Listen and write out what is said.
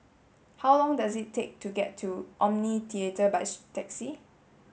how long does it take to get to Omni Theatre by taxi